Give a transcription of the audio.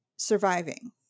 surviving